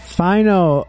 final